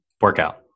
workout